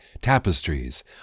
tapestries